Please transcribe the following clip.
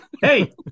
hey